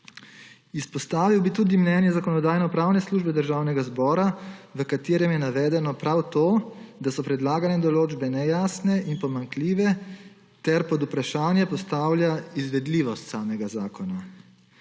Izpostavil bi tudi mnenje Zakonodajno-pravne službe Državnega zbora, v katerem je navedeno prav to, da so predlagane določbe nejasne in pomanjkljive ter pod vprašanje postavlja izvedljivost samega zakona.